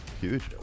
huge